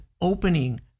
opening